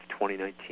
2019